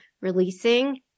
releasing